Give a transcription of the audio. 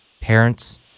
parents